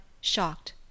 shocked